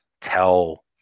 tell